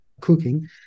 cooking